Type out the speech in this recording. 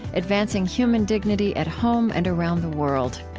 advancing human dignity at home and around the world.